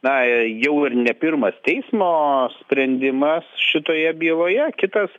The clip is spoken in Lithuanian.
na jau ir ne pirmas teismo sprendimas šitoje byloje kitas